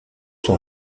son